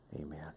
amen